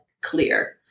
clear